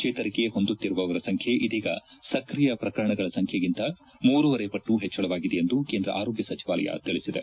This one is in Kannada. ಚೇತರಿಕೆ ಹೊಂದುತ್ತಿರುವವರ ಸಂಖ್ಯೆ ಇದೀಗ ಸಕ್ರಿಯ ಪ್ರಕರಣಗಳ ಸಂಖ್ಯೆಗಿಂತ ಮೂರೂವರೆ ಪಟ್ಟು ಹೆಚ್ಚಳವಾಗಿದೆ ಎಂದು ಕೇಂದ್ರ ಆರೋಗ್ನ ಸಚಿವಾಲಯ ತಿಳಿಸಿದೆ